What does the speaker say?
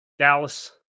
Dallas